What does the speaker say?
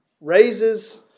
raises